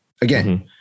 again